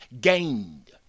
gained